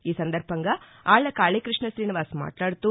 ఈసందర్భంగా ఆళ్ల కాళీకృష్ణ రీనివాస్ మాట్లాడుతూ